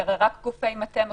כי הרי רק גופי מטה מחויבים,